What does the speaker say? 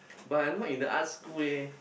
but I'm not in the art school leh